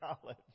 college